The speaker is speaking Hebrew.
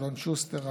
אלון שוסטר,